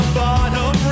bottom